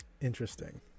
interesting